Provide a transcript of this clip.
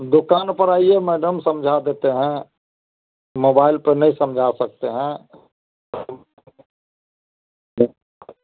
दुकान पर आइए मैडम समझा देते हैं मोबाइल पर नहीं समझा सकते हैं